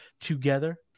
together